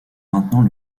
maintenant